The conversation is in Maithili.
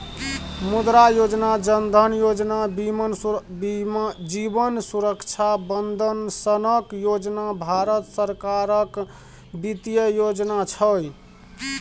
मुद्रा योजना, जन धन योजना, जीबन सुरक्षा बंदन सनक योजना भारत सरकारक बित्तीय योजना छै